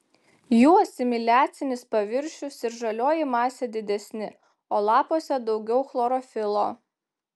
jų asimiliacinis paviršius ir žalioji masė didesni o lapuose daugiau chlorofilo